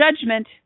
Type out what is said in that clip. judgment